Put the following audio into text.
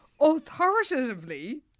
authoritatively